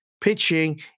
pitching